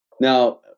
Now